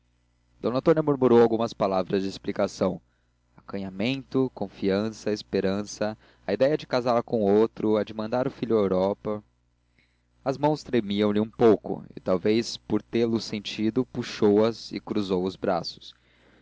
d antônia murmurou algumas palavras de explicação acanhamento confiança esperança a idéia de casá la com outro a de mandar o filho à europa as mãos tremiam lhe um pouco e talvez por tê-lo sentido puxou as e cruzou os braços